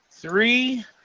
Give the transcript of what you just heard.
Three